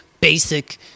basic